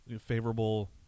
favorable